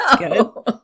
No